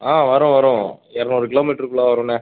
ஆ வரும் வரும் இரநூறு கிலோ மீட்ருக்குள்ளே வருண்ணா